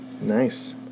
nice